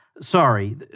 sorry